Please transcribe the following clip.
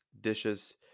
dishes